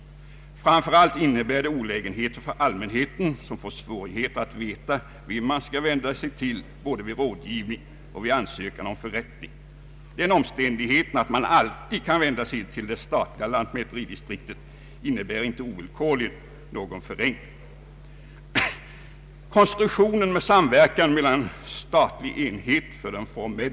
Framför allt innebär det olägenheter för allmänheten som får svårigheter att veta vem man skall vända sig till både vid rådgivning och vid ansökan om förrättningar. Den omständigheten att man alltid kan vända sig till det statliga lantmäteridistriktet innebär inte ovillkorligen någon förenkling.